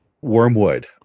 wormwood